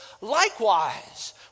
likewise